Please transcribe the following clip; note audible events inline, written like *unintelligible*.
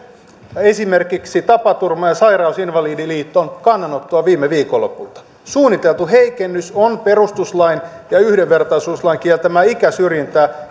esimerkiksi tapaturma ja sairausinvalidien liiton kannanottoa viime viikonlopulta suunniteltu heikennys on perustuslain ja yhdenvertaisuuslain kieltämää ikäsyrjintää *unintelligible*